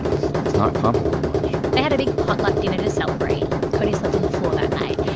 know, it's it's not comparable to much they had a big potluck dinner to celebrate. cody slept on the floor that night.